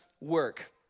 work